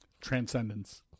Transcendence